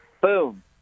Boom